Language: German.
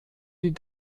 die